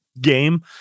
game